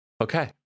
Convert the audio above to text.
Okay